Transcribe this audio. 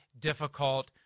difficult